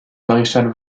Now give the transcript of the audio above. maréchal